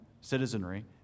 citizenry